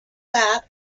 that